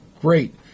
great